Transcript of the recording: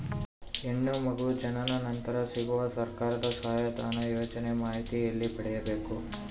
ಹೆಣ್ಣು ಮಗು ಜನನ ನಂತರ ಸಿಗುವ ಸರ್ಕಾರದ ಸಹಾಯಧನ ಯೋಜನೆ ಮಾಹಿತಿ ಎಲ್ಲಿ ಪಡೆಯಬೇಕು?